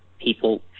People